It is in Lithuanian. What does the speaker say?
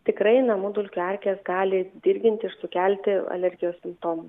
tikrai namų dulkių erkės gali dirginti ir sukelti alergijos simptomų